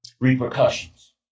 repercussions